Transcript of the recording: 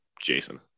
Jason